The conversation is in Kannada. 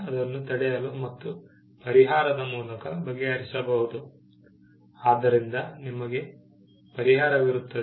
ಅದನ್ನು ತಡೆಯಲು ಮತ್ತು ಪರಿಹಾರದ ಮೂಲಕ ಬಗೆಹರಿಸಬಹುದು ಆದ್ದರಿಂದ ನಿಮಗೆ ಪರಿಹಾರವಿರುತ್ತದೆ